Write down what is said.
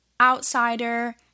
Outsider